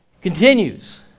continues